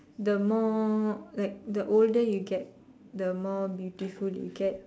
the more like the older you get the more beautiful you get